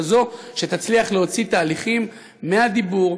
כזאת שתצליח להוציא תהליכים מהדיבור,